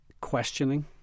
questioning